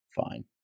fine